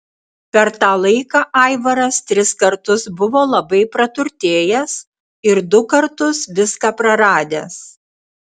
per tą laiką aivaras tris kartus buvo labai praturtėjęs ir du kartus viską praradęs